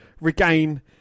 regain